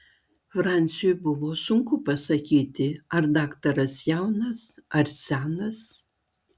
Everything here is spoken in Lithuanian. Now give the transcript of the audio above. franciui buvo sunku pasakyti ar daktaras jaunas ar senas